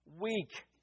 Weak